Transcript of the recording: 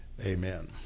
amen